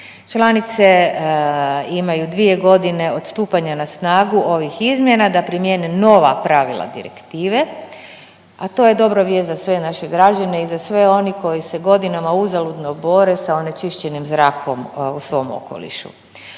Članice imaju dvije godine od stupanja na snagu ovih izmjena da primijene nova pravila direktive, a to je dobra vijest za sve naše građane i za sve one koji se godinama uzaludno bore sa onečišćenim zrakom u svom okolišu.